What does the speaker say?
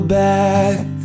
back